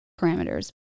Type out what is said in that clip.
parameters